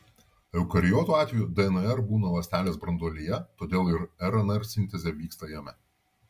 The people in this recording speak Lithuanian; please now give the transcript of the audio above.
eukariotų atveju dnr būna ląstelės branduolyje todėl ir rnr sintezė vyksta jame